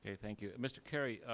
thank you. mr. carey,